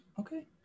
okay